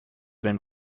been